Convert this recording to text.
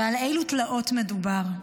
ועל אילו תלאות מדובר?